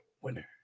winner